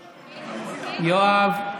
יואב.